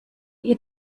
ihr